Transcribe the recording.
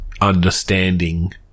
understanding